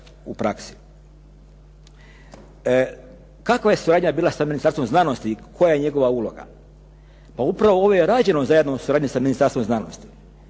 u praksi. Kakva je suradnja bila sa Ministarstvom znanosti i koja je njegova uloga? Pa upravo ovo je rađeno u suradnji sa Ministarstvom znanosti.